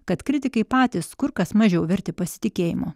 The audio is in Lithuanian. kad kritikai patys kur kas mažiau verti pasitikėjimo